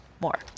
more